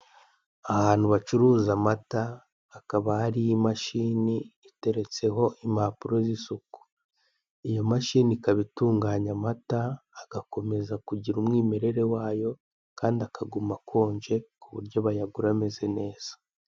Ahantu bacuruza amata hakaba hari imashini iteretseho impapuro z'isuku. Iyo mashini ikaba itunganya amata agakomeza kugira umwimirere wayo kandi akaguma akonje ku buryo bayagura ameze neza.